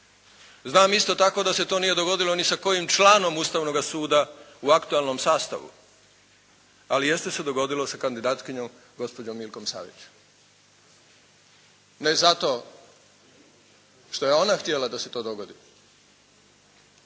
Znam isto tako da se to nije dogodilo ni sa kojim članom Ustavnoga suda u aktualnom sastavu ali jeste se dogodilo sa kandidatkinjom gospođom Milkom Savić, ne zato što je ona htjela da se to dogodi,